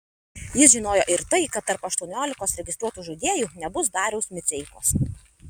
jis žinojo ir tai kad tarp aštuoniolikos registruotų žaidėjų nebus dariaus miceikos